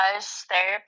therapy